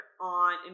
on